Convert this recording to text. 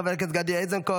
חבר הכנסת גדי איזנקוט,